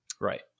Right